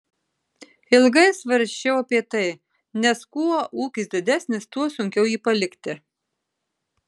ilgai svarsčiau apie tai nes kuo ūkis didesnis tuo sunkiau jį palikti